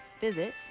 visit